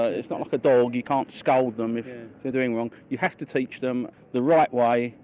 ah it's not like a dog, you can't scold them if doing wrong. you have to teach them the right way,